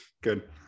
Good